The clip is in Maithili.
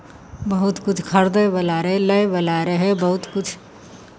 बहुतकिछु खरीदयवला रहै लयवला रहै बहुतकिछु